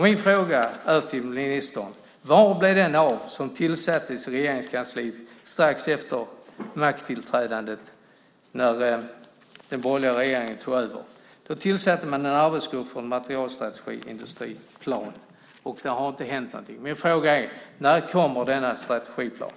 Min fråga till ministern är: Vad blev det av den arbetsgrupp i fråga om en materielindustristrategiplan som tillsattes i Regeringskansliet strax efter makttillträdandet, när den borgerliga regeringen tog över? Där har inte hänt någonting. Min fråga är: När kommer denna strategiplan?